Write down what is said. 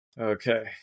Okay